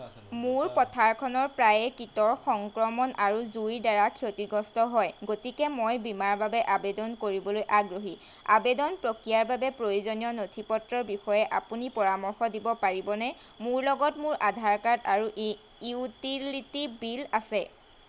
মোৰ পথাৰখনৰ প্ৰায়ে কীটৰ সংক্ৰমণ আৰু জুই দ্বাৰা ক্ষতিগ্ৰস্ত হয় গতিকে মই বীমাৰ বাবে আবেদন কৰিবলৈ আগ্ৰহী আৱেদন প্ৰক্ৰিয়াৰ বাবে প্ৰয়োজনীয় নথিপত্ৰৰ বিষয়ে আপুনি পৰামৰ্শ দিব পাৰিবনে মোৰ লগত মোৰ আধাৰ কাৰ্ড আৰু ই ইউটিলিটি বিল আছে